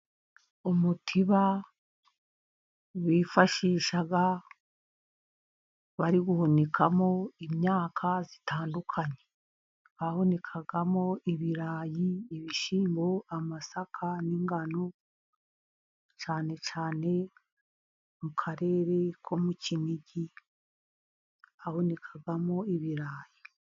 Umutiba wifashishwaga bari guhunikamo imyaka itandukanye, bahunikamo ibirayi, ibishyimbo, amasaka, n'ingano, cyane cyane mu karere ko mu Kinigi habonekamo ibirayi.